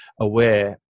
aware